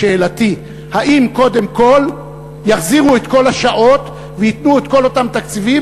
שאלתי: האם קודם כול יחזירו את כל השעות ויותנו כל אותם תקציבים,